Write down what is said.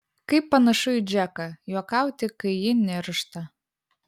kaip panašu į džeką juokauti kai ji niršta